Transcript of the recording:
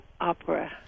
opera